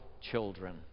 children